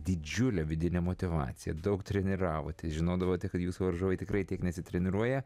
didžiulę vidinę motyvaciją daug treniravotės žinodavote kad jūsų varžovai tikrai tiek nesitreniruoja